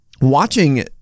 watching